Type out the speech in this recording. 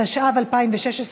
התשע"ו 2016,